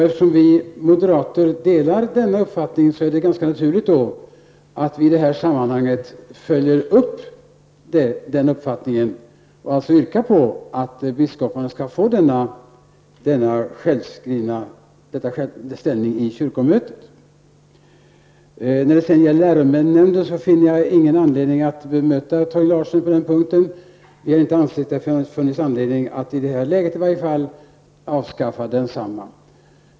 Eftersom vi moderater delar denna uppfattning är det ganska naturligt att vi i det här sammanhanget följer upp den uppfattningen och alltså yrkar på att biskoparna skall få denna ställning i kyrkomötet. Jag finner ingen anledning att bemöta Torgny Larsson när det gäller läronämnden. Vi har i varje fall inte det i det här läget ansett att det har funnits anledning att avskaffa densamma.